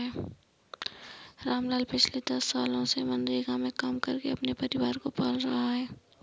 रामलाल पिछले दस सालों से मनरेगा में काम करके अपने परिवार को पाल रहा है